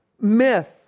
myth